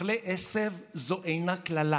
"אוכלי עשב" זו אינה קללה,